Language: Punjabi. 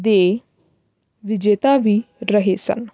ਦੇ ਵਿਜੇਤਾ ਵੀ ਰਹੇ ਸਨ